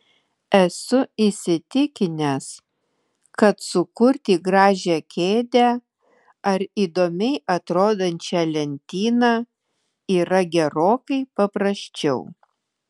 esu įsitikinęs kad sukurti gražią kėdę ar įdomiai atrodančią lentyną yra gerokai paprasčiau